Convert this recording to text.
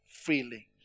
freely